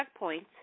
checkpoints